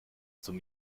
zum